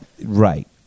Right